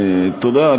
תודה.